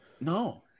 No